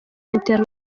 internet